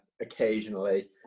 occasionally